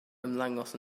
ymddangos